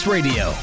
Radio